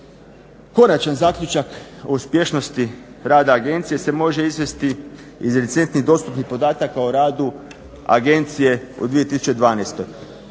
Konačan zaključak o uspješnosti rada agencije se može izvesti iz recentnih dostupnih podatak o radu Agencije u 2012.